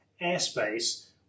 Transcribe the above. airspace